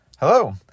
Hello